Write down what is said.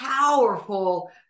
powerful